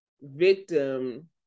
victim